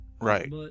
Right